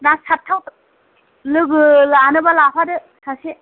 ना सारथाव लोगो लानोबा लाफादो सासे